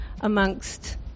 amongst